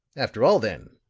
after all, then,